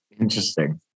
Interesting